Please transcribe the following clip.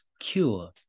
cure